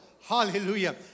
Hallelujah